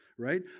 Right